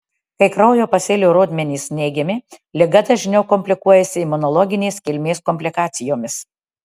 kai kraujo pasėlių rodmenys neigiami liga dažniau komplikuojasi imunologinės kilmės komplikacijomis